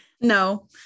No